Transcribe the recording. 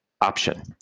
option